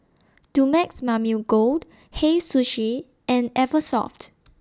Dumex Mamil Gold Hei Sushi and Eversoft